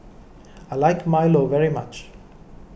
I like Milo very much